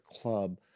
club